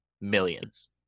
millions